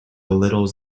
little